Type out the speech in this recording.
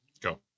go